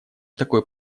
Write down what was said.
такой